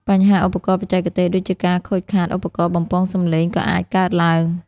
បញ្ហាឧបករណ៍បច្ចេកទេស ដូចជាការខូចខាតឧបករណ៍បំពងសំឡេងក៏អាចកើតឡើង។